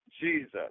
Jesus